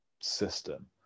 system